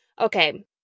okay